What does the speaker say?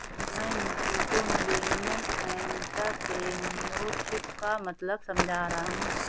मैं नीतू को millennial entrepreneurship का मतलब समझा रहा हूं